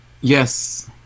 Yes